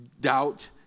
doubt